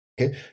okay